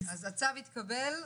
אושר הצו התקבל,